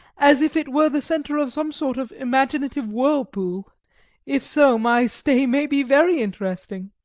as if it were the centre of some sort of imaginative whirlpool if so my stay may be very interesting.